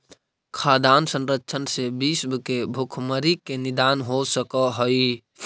खाद्यान्न संरक्षण से विश्व के भुखमरी के निदान हो सकऽ हइ